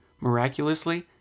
miraculously